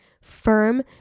firm